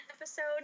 episode